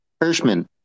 Hirschman